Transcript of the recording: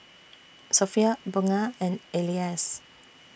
Sofea Bunga and Elyas